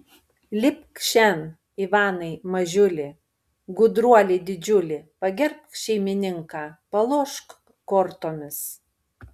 lipk šen ivanai mažiuli gudruoli didžiuli pagerbk šeimininką palošk kortomis